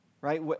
right